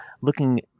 looking